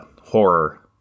horror